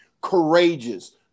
courageous